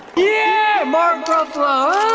yeah, mark ruffalo,